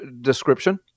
description